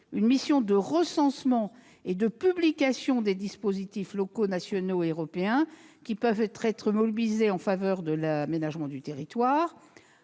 une mission de recensement et de publication des dispositifs locaux, nationaux et européens susceptibles d'être mobilisés en faveur de l'aménagement du territoire.